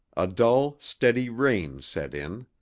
a dull steady rain set in.